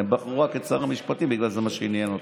והם בחרו רק את שר המשפטים כי זה מה שעניין אותם.